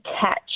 catch